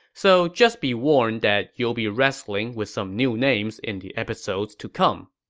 so just be warned that you'll be wrestling with some new names in the episodes to come